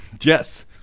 Yes